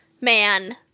man